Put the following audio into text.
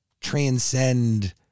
transcend